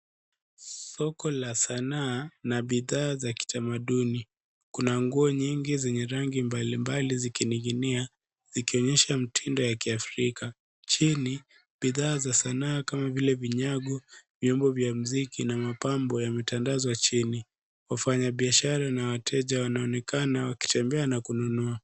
Soko la sanaa na bidhaa za kitamaduni. Kuna nguo nyingi zenye rangi mbalimbali zikining'inia, zikionyesha mitindo ya kiafrika. Chini, bidhaa za sanaa kama vile vinyago, viungo vya muziki na mapambo yametandazwa chini. Wafanya biashara na wateja, wanaonekana, wakitembea na kununua.